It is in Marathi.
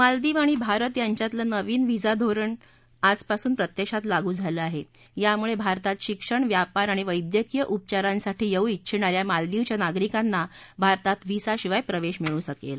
मालदीव आणि भारत यांच्यातलं नवीन व्हिसा करार धोरण आजपासून प्रत्यक्षात लागू झालं आहा झामुळ झारतात शिक्षण व्यापार आणि वैद्यकीय उपचारांसाठी यस्ति चिछणा या मालदीवच्या नागरीकाना भारतात व्हिसाशिवाय प्रवधीमिळू शकले